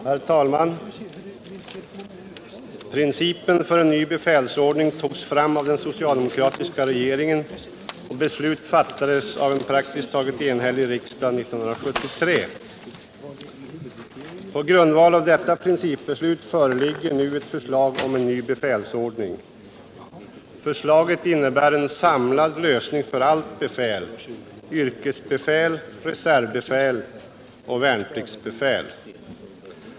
Herr talman! Principen för en ny befälsordning togs fram av den socialdemokratiska regeringen, och beslut fattades av en praktiskt taget enhällig riksdag 1973. På grundval av detta principbeslut föreligger nu ett förslag om en ny befälsordning. Förslaget innebär en samlad lösning för allt befäl — yrkesbefäl, reservbefäl och värnpliktsbefäl.